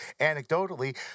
anecdotally